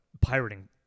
pirating